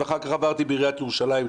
ואחר כך עברתי לעיריית ירושלים,